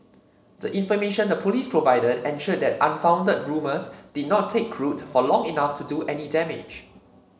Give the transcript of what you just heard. the information the Police provided ensured that unfounded rumours did not take root for long enough to do any damage